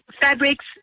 fabrics